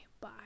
bye